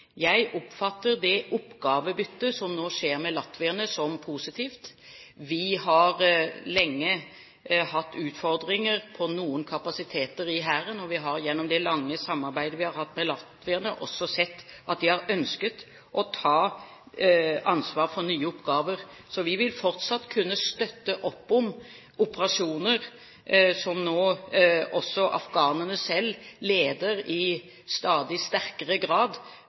Jeg oppfatter det oppgavebyttet som nå skjer med latvierne, som positivt. Vi har lenge hatt utfordringer på noen kapasiteter i Hæren, og vi har gjennom det lange samarbeidet vi har hatt med latvierne, også sett at de har ønsket å ta ansvar for nye oppgaver. Så vi vil fortsatt kunne støtte opp om operasjoner som nå også afghanerne selv leder i stadig sterkere grad